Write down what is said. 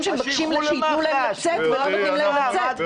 שמבקשים שייתנו להם ולא נותנים להם לצאת.